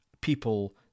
people